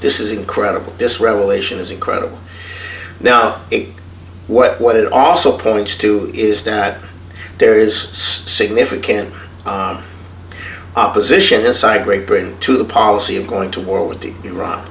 this is incredible this revelation is incredible now what it also points to is that there is significant opposition inside great britain to the policy of going to war with